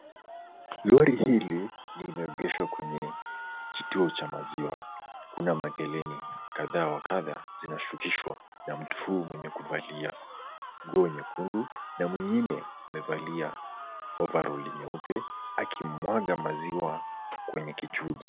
Lori hili limeegeshwa kwenye kituo cha maziwa, kuna mageleni kadha wa kadha zinashukishwa na mtu huyu mwenye kuvalia nguo nyekundu na mwengine amevalia ovaroli nyeupe akimwaga maziwa kwenye kichungi.